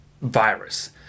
virus